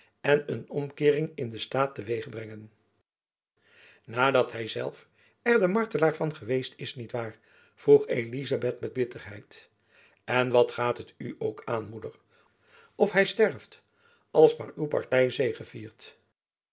en een omkeering in den staat te weeg te brengen nadat hyzelf er de martelaar van geweest is niet waar vroeg elizabeth met bitterheid en wat gaat het u ook aan moeder of hy sterft als maar uw party